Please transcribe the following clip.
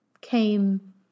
came